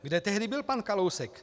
Kde tehdy byl pan Kalousek?